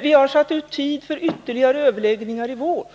Vi har bestämt tid för ytterligare överläggningar i vår,